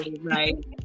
right